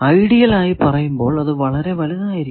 ideal ആയി പറയുമ്പോൾ അത് വളരെ വലുതായിരിക്കണം